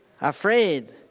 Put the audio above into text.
afraid